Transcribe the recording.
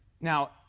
Now